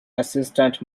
assistant